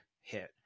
hit